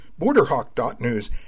BorderHawk.News